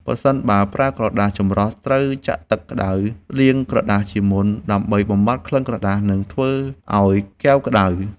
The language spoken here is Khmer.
ប្រសិនបើប្រើក្រដាសចម្រោះ ត្រូវចាក់ទឹកក្ដៅលាងក្រដាសជាមុនដើម្បីបំបាត់ក្លិនក្រដាស និងធ្វើឱ្យកែវក្ដៅ។